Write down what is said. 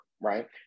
right